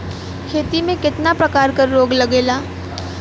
खेती में कितना प्रकार के रोग लगेला?